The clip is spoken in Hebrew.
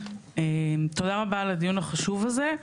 תודה רבה על הדיון החשוב הזה.